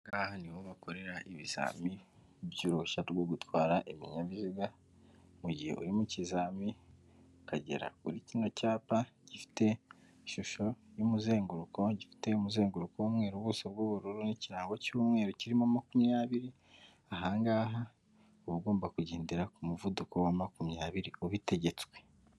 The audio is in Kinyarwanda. Aha niho bakorera ibizami by'uruhushya rwo gutwara ibinyabiziga, mu gihe uri mu kizami ukagera kuri kino cyapa gifite ishusho y'umuzenguruko gifite umuzenguruko w'umweru ubuso bw'ubururu n'ikirango cy'umweru kirimo makumyabiri, ahangaha uba ugomba kugendera ku muvuduko wa makumyabiri ubitegetswe.